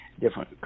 different